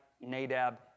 Nadab